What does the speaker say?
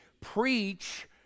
Preach